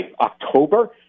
October